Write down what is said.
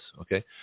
okay